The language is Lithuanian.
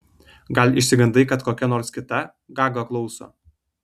gal išsigandai kad kokia nors kita gaga klauso